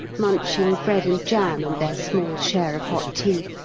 munching bread and jam and their small share of hot tea,